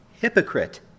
Hypocrite